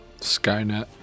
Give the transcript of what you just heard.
skynet